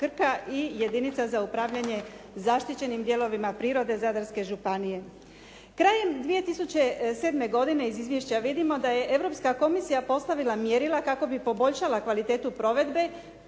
i jedinica za upravljanje zaštićenim dijelovima prirode Zadarske županije. Krajem 2007. godine, iz izvješća vidimo da je Europska komisija postavila mjerila kako bi poboljšala kvalitetu provedbe